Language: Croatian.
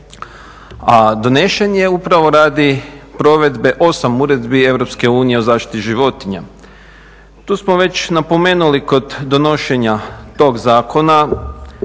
a donesen je upravo radi provedbe 8 uredbi EU o zaštiti životinja. Tu smo već napomenuli kod donošenja tog zakona